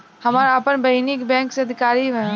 हमार आपन बहिनीई बैक में अधिकारी हिअ